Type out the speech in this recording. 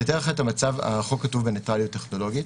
החוק כתוב בניטראליות טכנולוגית.